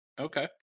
Okay